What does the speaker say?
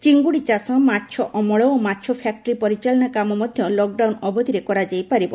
ଚିଙ୍ଗୁଡି ଚାଷ ମାଛ ଅମଳ ଓ ମାଛ ୟାକ୍କି ପରିଚାଳନା କାମ ମଧ୍ୟ ଲକ ଡାଉନ ଅବଧିରେ କରା ଯାଇ ପାରିବ